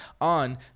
on